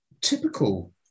typical